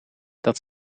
dat